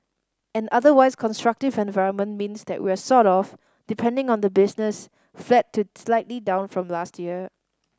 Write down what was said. an otherwise constructive environment means that we're sort of depending on the business flat to slightly down from last year